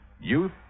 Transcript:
youth